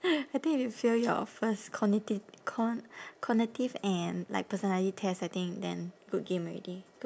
I think if you fail your first cognitive cogn~ cognitive and like personality test I think then good game already